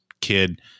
kid